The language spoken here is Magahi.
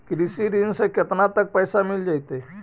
कृषि ऋण से केतना तक पैसा मिल जइतै?